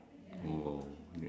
oh okay